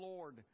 Lord